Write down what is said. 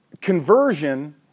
conversion